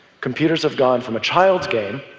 computers have gone from a child's game